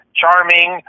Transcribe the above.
charming